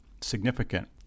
significant